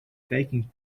taking